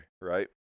right